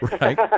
right